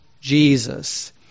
Jesus